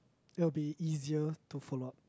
that will be easier to follow up